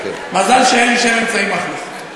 מזל שאין לי שם אמצעי מכלוף.